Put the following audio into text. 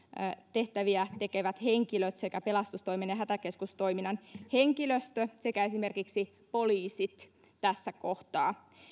tehtäviä tekevät henkilöt sekä pelastustoimen ja hätäkeskustoiminnan henkilöstö sekä esimerkiksi poliisit tässä kohtaa